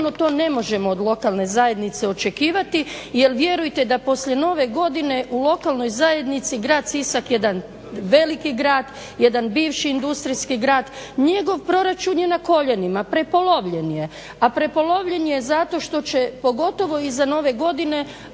to ne možemo od lokalne zajednice očekivati jer vjerujte da poslije Nove godine u lokalnoj zajednici grad Sisak jedan veliki grad jedan bivši industrijski grad, njegov proračun je na koljenima, prepolovljen je. A prepolovljen zato što će pogotovo iza Nove godine